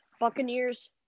Buccaneers